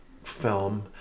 film